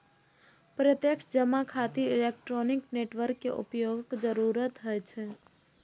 प्रत्यक्ष जमा खातिर इलेक्ट्रॉनिक नेटवर्क के उपयोगक जरूरत होइ छै